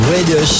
Radio